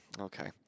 okay